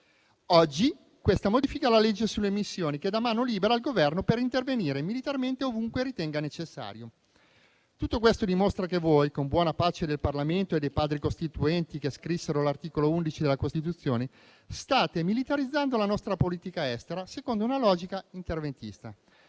arriva questa modifica alla legge sulle missioni, che dà mano libera al Governo per intervenire militarmente ovunque ritenga necessario. Tutto questo dimostra che voi, con buona pace del Parlamento e dei Padri costituenti, che scrissero l'articolo 11 della Costituzione, state militarizzando la nostra politica estera secondo una logica interventista.